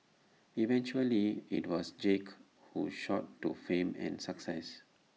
eventually IT was Jake who shot to fame and success